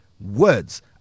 Words